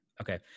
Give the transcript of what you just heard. Okay